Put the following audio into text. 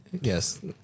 Yes